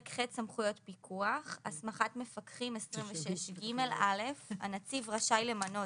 הסמכת מפקחים 26ג. (א)הנציב רשאי למנות